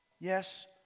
yes